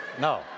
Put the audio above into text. no